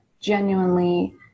genuinely